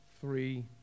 three